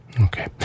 Okay